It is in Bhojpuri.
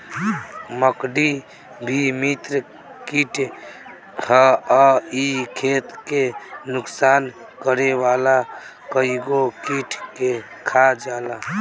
मकड़ी भी मित्र कीट हअ इ खेत के नुकसान करे वाला कइगो कीट के खा जाला